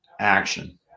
action